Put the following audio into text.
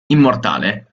immortale